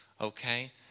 okay